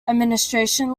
administration